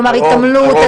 כלומר התעמלות,